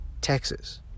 Texas